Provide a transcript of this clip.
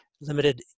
limited